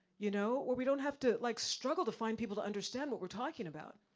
you know where we don't have to, like struggle to find people to understand what we're talking about.